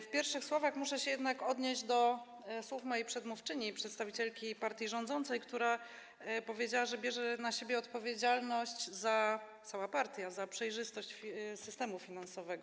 W pierwszych słowach muszę się jednak odnieść do słów mojej przedmówczyni, przedstawicielki partii rządzącej, która powiedziała, że bierze na siebie odpowiedzialność, cała partia, za przejrzystość systemu finansowego.